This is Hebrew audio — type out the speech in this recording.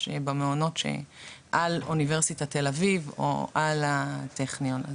במעונות שעל אוניברסיטת תל אביב או על הטכניון.